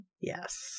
Yes